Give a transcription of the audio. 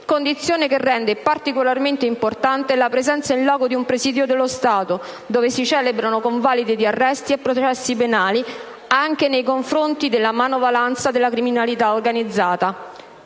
condizione che rende particolarmente importante la presenza *in loco* di un presidio dello Stato, dove si celebrano convalide di arresti e processi penali anche nei confronti della manovalanza della criminalità organizzata.